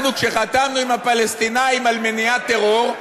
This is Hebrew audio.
אנחנו חתמנו עם הפלסטינים על מניעת טרור,